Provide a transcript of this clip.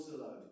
alone